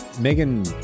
Megan